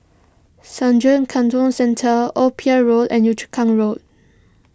Sungei Kadut Central Old Pier Road and Yio Chu Kang Road